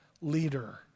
leader